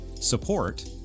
support